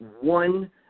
one